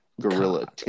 gorilla